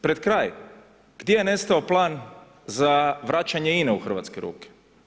Pred kraj, gdje je nestao plan za vraćanje INA-e u Hrvatske ruke?